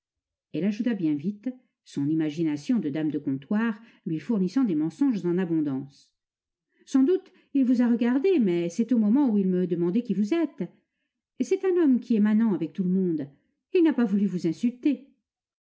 elle ajouta bien vite son imagination de dame de comptoir lui fournissant des mensonges en abondance sans doute il vous a regardé mais c'est au moment où il me demandait qui vous êtes c'est un homme qui est manant avec tout le monde il n'a pas voulu vous insulter